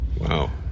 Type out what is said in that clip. Wow